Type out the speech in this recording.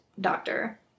doctor